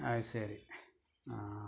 അത് ശരി ആ